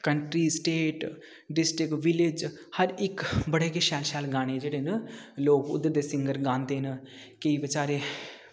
country state district village हर इक बड़े गै शैल शैल गाने जेह्ड़े न लोग उद्धर दे सिंगर गांदे न कि बेचारे